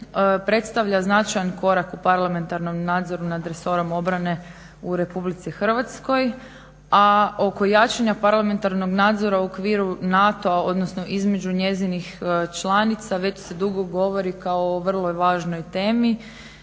predstavlja značajan korak u parlamentarnom nadzoru nad resorom obrane u Republici Hrvatskoj. A oko jačanja parlamentarnog nadzora u okviru NATO-a odnosno između njezinih članica već se dugo govori kao o vrlo važnoj temi.